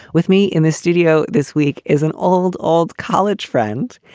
with me in the studio this week is an old old college friend,